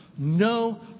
No